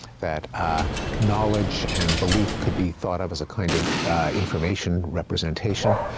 that ah knowledge and belief could be thought of as a kind of information representation.